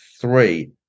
three